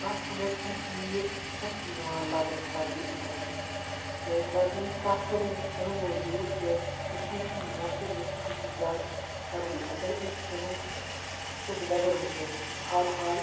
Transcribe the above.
تَتھ انٛدر چھَنہٕ تیٖژ سختی یِوان لَبنہٕ سردی انٛدر کیٚنٛہہ کیازِ سردی ہنٛز کَتھ کٔر مےٚ اَمہِ موٗجوٗب کیٛازِکہِ کٔشیٖر ہُنٛد موسَم یُس چھُ سُہ چھُ زیادٕ سردی اگر أسۍ اَمیُک یُس أسۍ ویٚدَر وُچھو یُس حال حال